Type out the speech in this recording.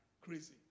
crazy